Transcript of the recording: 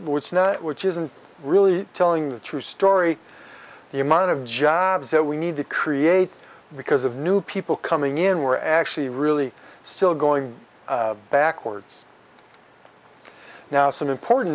flat which isn't really telling the true story the amount of jobs that we need to create because of new people coming in were actually really still going backwards now some important